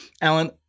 Alan